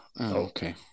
Okay